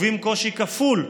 חווים קושי כפול: